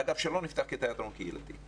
אגב, שלא נפתח כתיאטרון קהילתי.